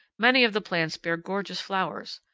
many of the plants bear gorgeous flowers.